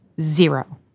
zero